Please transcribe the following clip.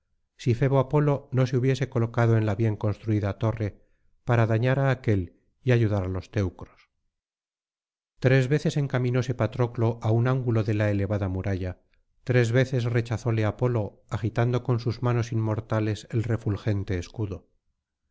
si febo apolo no se hubiese colocado en la bien construida torre para dañar á aquél y ayudar á los teucros tres veces encaminóse patroclo á un ángulo de la elevada muralla tres veces rechazóle apolo agitando con sus manos inmortales el refulgente escudo